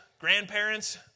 grandparents